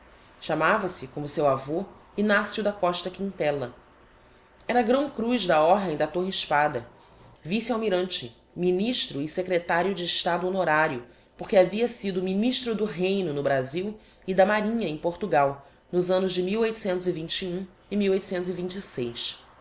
chamava-se como seu avô ignacio da costa quintella era grão cruz da ordem da torre espada vice almirante ministro e secretario de estado honorario porque havia sido ministro do reino no brazil e da marinha em portugal nos annos de e